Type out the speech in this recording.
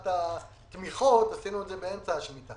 את הקולות קוראים שהוצאנו לקראת התמיכות עשינו באמצע השמיטה,